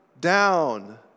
down